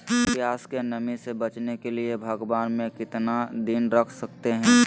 प्यास की नामी से बचने के लिए भगवान में कितना दिन रख सकते हैं?